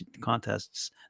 contests